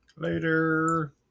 Later